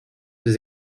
des